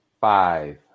five